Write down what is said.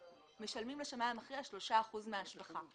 משלמים לשמאי המכריע 3% מההשבחה,